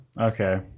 okay